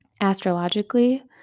astrologically